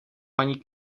paní